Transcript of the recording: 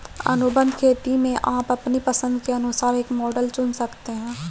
अनुबंध खेती में आप अपनी पसंद के अनुसार एक मॉडल चुन सकते हैं